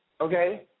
okay